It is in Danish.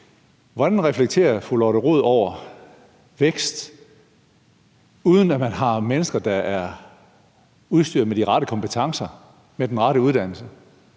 Hvordan reflekterer fru Lotte Rod over vækst, uden at man har mennesker, der er udstyret med de rette kompetencer og med den rette uddannelse?